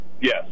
Yes